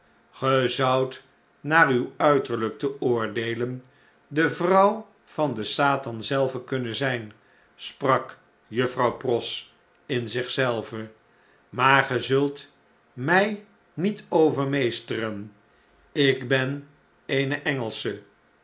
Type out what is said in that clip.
zoudt naar uw uiterljjk te oordeelen de vrouw van den satan zelven kunnen zp sprak juffrouw pross in zich zelve maar ge zult mij niet overmeesteren ik ben